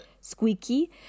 squeaky